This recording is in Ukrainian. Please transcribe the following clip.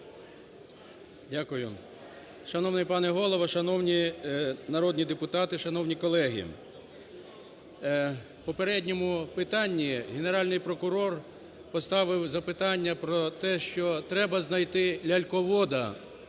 Дякую. Шановний пане Голово, шановні народні депутати, шановні колеги, в попередньому питанні Генеральний прокурор поставив запитання про те, що треба знайти ляльковода,